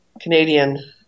Canadian